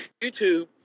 YouTube